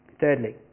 Thirdly